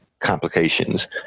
Complications